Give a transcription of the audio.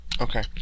Okay